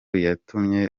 yatumye